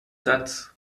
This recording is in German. satz